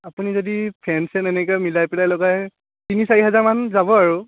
আপুনি যদি ফেন চেন এনেকৈ মিলাই পেলাই লগায় তিনি চাৰি হেজাৰমান যাব আৰু